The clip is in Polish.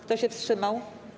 Kto się wstrzymał?